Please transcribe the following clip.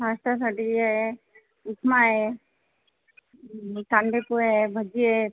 नाश्त्यासाठी ए उपमा आहे कांदे पोहे आहे भजी आहेत